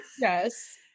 yes